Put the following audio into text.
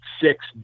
six